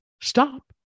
Stop